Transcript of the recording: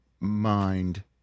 Mind